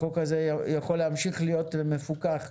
החוק הזה יכול להמשיך להיות מפוקח.